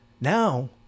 now